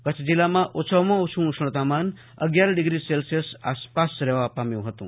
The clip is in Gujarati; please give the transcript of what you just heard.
કચ્છ જીલ્લામાં ઓછામાં ઓછું ઉષ્ણતામાન અગિયાર ડીગ્રી સેલ્સિયશ આસપાસ રહેવા પામ્યું હતું